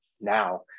now